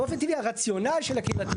באופן טבעי הרציונל של הקהילתיות,